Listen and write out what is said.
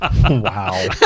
wow